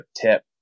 tip